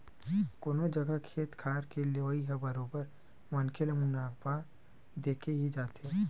कोनो जघा खेत खार के लेवई ह बरोबर मनखे ल मुनाफा देके ही जाथे